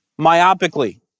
myopically